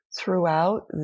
throughout